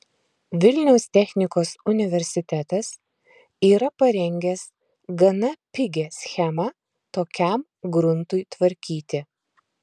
vilniaus technikos universitetas yra parengęs gana pigią schemą tokiam gruntui tvarkyti